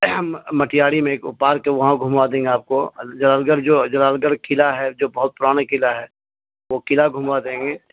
مٹیااری میں ایک پارک ہے وہاں گھموا دیں گے آپ کو جلال گڑھ جو جلال گڑھ کلعہ ہے جو بہت پرانے کلعہ ہے وہ کلعہ گھومما دیں گے